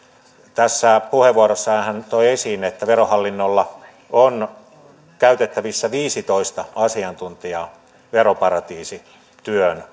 tässä puheenvuorossaan hän toi esiin että verohallinnolla on käytettävissään viisitoista asiantuntijaa veroparatiisityön